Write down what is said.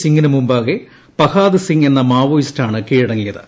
സിംഗിന് മുമ്പാകെ പപ്പ്ട്ടിദ്സിംഗ് എന്ന മാവോയിസ്റ്റാണ് കീഴടങ്ങിയത്